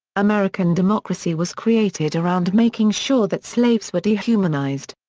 american democracy was created around making sure that slaves were dehumanized.